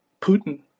Putin